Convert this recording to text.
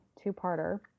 two-parter